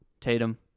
Tatum